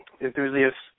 enthusiasts